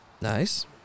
nice